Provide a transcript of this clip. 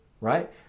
right